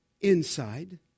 inside